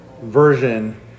version